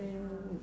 then